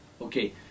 Okay